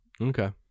Okay